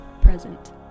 present